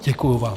Děkuji vám.